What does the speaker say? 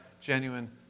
genuine